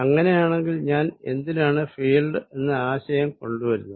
അങ്ങിനെയാണെങ്കിൽ ഞാൻ എന്തിനാണ് ഫീൽഡ് എന്ന ആശയം കൊണ്ട് വരുന്നത്